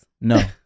No